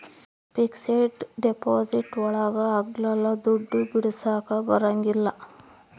fixed deposit ಒಳಗ ಅಗ್ಲಲ್ಲ ದುಡ್ಡು ಬಿಡಿಸಕ ಬರಂಗಿಲ್ಲ